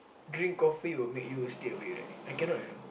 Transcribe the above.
drink coffee will make you stay awake right I cannot you know